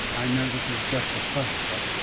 i know this is just a first step,